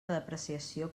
depreciació